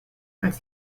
als